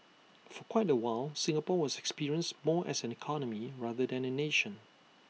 for quite A while Singapore was experienced more as an economy rather than A nation